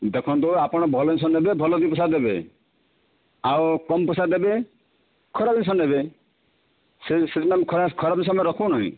ଦେଖନ୍ତୁ ଆପଣ ଭଲ ଜିନିଷ ନେବେ ଭଲ ଦୁଇ ପଇସା ଦେବେ ଆଉ କମ ପଇସା ଦେବେ ଖରାପ ଜିନିଷ ନେବେ ସେ ସେଥିଲାଗି ଖରାପ ଜିନିଷ ଆମେ ରଖୁ ହିଁ ନାହିଁ